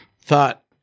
thought